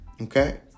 Okay